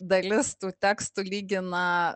dalis tų tekstų lygina